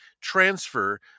transfer